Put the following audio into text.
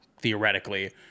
theoretically